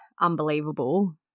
unbelievable